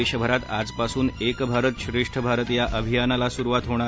देशभरात आजपासून एक भारत श्रेष्ठ भारत या अभियानाला सुरुवात होणार